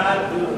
1